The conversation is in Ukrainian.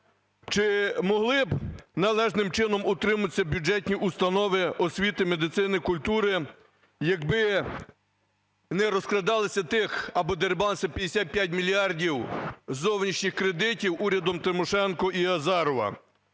Чи могли б належним чином утримуватись бюджетні установи освіти, медицини, культури, якби не розкрадалися тих або дерибанились 55 мільярдів зовнішніх кредитів урядом Тимошенко і Азарова?